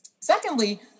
Secondly